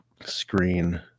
screen